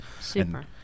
Super